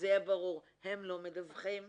הם לא מדַווחים,